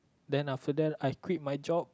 then after that I quit my job